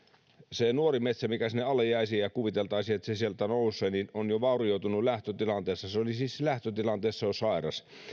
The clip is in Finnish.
se nuori metsä mikä sinne alle jäisi ja kuviteltaisiin että se sieltä nousee on jo vaurioitunut lähtötilanteessa se olisi siis lähtötilanteessa jo sairas ja